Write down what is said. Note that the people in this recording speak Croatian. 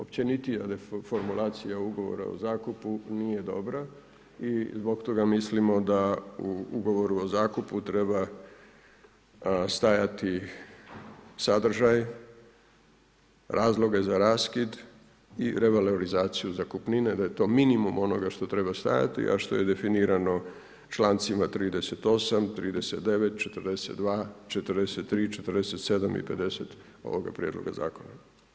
Općenitija deformulacija ugovora o zakupu nije dobra i zbog toga mislimo da u ugovoru u zakupu treba stajati sadržaj, razloge za raskid i revalorizaciju zakupnine, da je to minimum onoga što treba stajati a što je definirano člancima 38., 39., 42., 43., 47. i 50. ovoga prijedloga zakona.